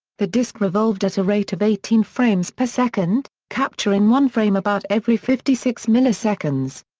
the disc revolved at a rate of eighteen frames per second, capturing one frame about every fifty six milliseconds.